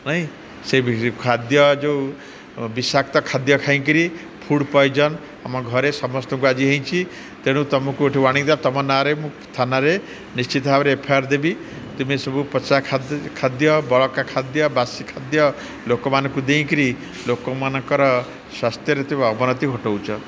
ନାହିଁ ସେ ଖାଦ୍ୟ ଯେଉଁ ବିଷାକ୍ତ ଖାଦ୍ୟ ଖାଇକିରି ଫୁଡ଼୍ ପଏଜନ୍ ଆମ ଘରେ ସମସ୍ତଙ୍କୁ ଆଜି ହେଇଛିି ତେଣୁ ତମକୁ ଏଇଠି ତମ ନାଁରେ ମୁଁ ଥାନାରେ ନିଶ୍ଚିତ ଭାବରେ ଏଫଆର୍ ଦେବି ତୁମେ ସବୁ ପଚା ଖାଦ୍ୟ ବଳକା ଖାଦ୍ୟ ବାସି ଖାଦ୍ୟ ଲୋକମାନଙ୍କୁ ଦେଇକିରି ଲୋକମାନଙ୍କର ସ୍ୱାସ୍ଥ୍ୟରେ ଅବନତି ଘଟଉଛ